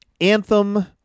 anthem